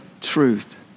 truth